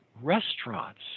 restaurants